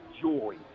joy